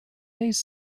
maze